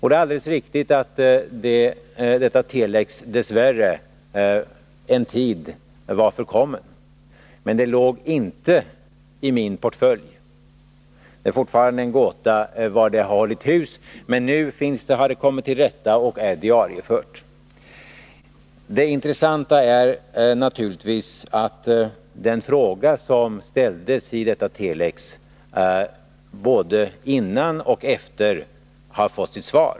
Det är alldeles riktigt att detta telex dess värre en tid var förkommet. Men det låg inte i min portfölj. Det är fortfarande en gåta var det har hållit hus, men nu har det kommit till rätta och är diariefört. Det intressanta är naturligtvis att den fråga som ställdes i detta telex både före och efter har fått sitt svar.